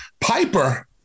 piper